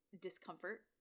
discomfort